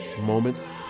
moments